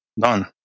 done